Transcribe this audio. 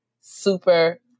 super